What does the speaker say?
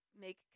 make